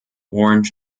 orange